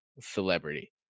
celebrity